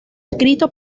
escrito